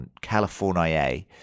California